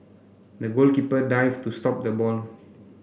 the goalkeeper dived to stop the ball